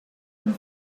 and